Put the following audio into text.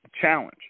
challenge